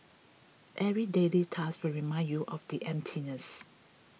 every daily task will remind you of the emptiness